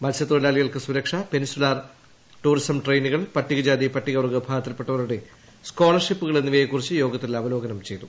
മൽസ്യത്തൊഴിലാളികൾക്ക് സുരക്ഷ peninsular tourism ട്രെയിനുകൾ പട്ടികജാതി പട്ടികവർഗ്ഗ വിഭാഗത്തിൽപ്പെട്ടവരുടെ സ്കോളർഷിപ്പുകൾ എന്നിവയെക്കുറിച്ച് യോഗത്തിൽ അവലോകനം ചെയ്തു